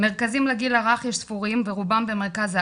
מרכזים לגיל הרך יש סיפורים ורובם במרכז הארץ,